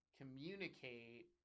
communicate